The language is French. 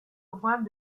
droit